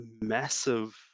massive